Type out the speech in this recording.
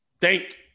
Thank